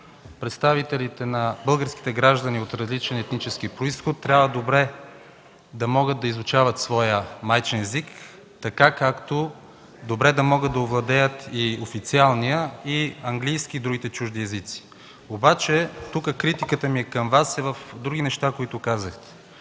Представителите на българските граждани от различен етнически произход трябва добре да могат да изучават своя майчин език, както добре да могат да овладеят официалния, английския и другите чужди езици. Тук критиката ми към Вас е към други неща, които казахте,